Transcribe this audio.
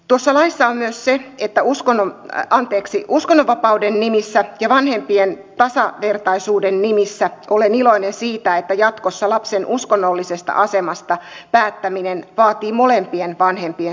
toisenlaista on myös se että uskon on yksi uskonnonvapauden nimissä ja vanhempien tasavertaisuuden nimissä olen iloinen siitä että jatkossa lapsen uskonnollisesta asemasta päättäminen vaatii molempien vanhempien suostumuksen